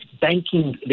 banking